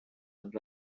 and